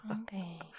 Okay